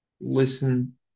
listen